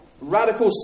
radical